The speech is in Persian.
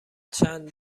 چند